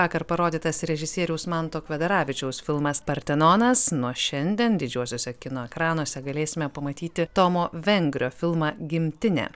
vakar parodytas režisieriaus manto kvedaravičiaus filmas partenonas nuo šiandien didžiuosiuose kino ekranuose galėsime pamatyti tomo vengrio filmą gimtinė